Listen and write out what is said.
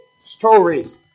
stories